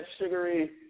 sugary